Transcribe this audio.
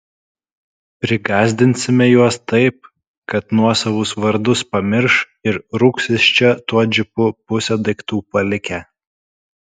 prigąsdinsime juos taip kad nuosavus vardus pamirš ir rūks iš čia tuo džipu pusę daiktų palikę